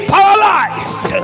Paralyzed